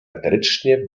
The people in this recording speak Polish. eterycznie